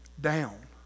down